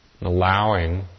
allowing